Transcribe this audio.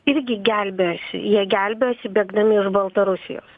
irgi gelbėjosi jie gelbėjosi bėgdami iš baltarusijos